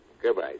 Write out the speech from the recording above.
Goodbye